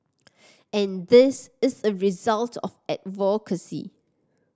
and this is a result of advocacy